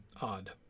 odd